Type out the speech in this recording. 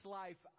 life